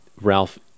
Ralph